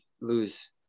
lose